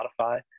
Spotify